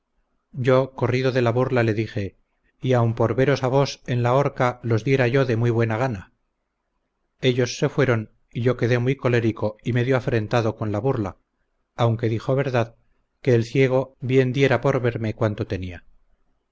yo corrido de la burla le dije y aun por veros a vos en la horca los diera yo de muy buena gana ellos se fueron y yo quedé muy colérico y medio afrentado con la burla aunque dijo verdad que el ciego bien diera por verme cuanto tenia